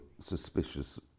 suspicious